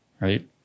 right